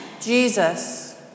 Jesus